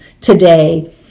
today